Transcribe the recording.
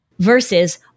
Versus